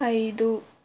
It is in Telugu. ఐదు